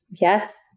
Yes